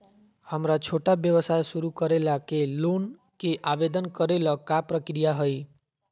हमरा छोटा व्यवसाय शुरू करे ला के लोन के आवेदन करे ल का प्रक्रिया हई?